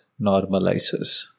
normalizes